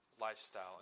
lifestyle